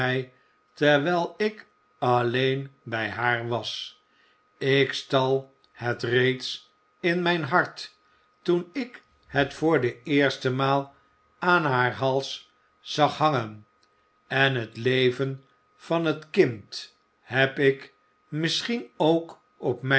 terwijl ik alleen bij haar was ik stal het reeds in mijn hart toen ik het voor de eerste maar aan haar hals zag hangen en het leven van het kind heb ik misschien ook op